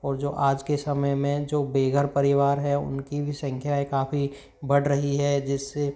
और जो आज के समय में जो बेघर परिवार हैं उनकी भी संख्याएं काफ़ी बढ़ रही है जिससे